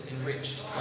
enriched